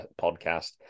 podcast